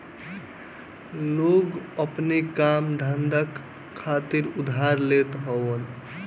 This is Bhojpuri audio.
लोग अपनी काम धंधा खातिर उधार लेत हवन